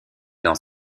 dans